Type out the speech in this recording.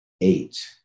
eight